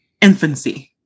infancy